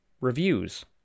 reviews